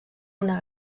una